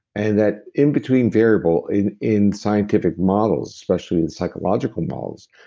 and that in-between variable in in scientific models, especially in psychological models,